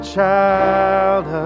child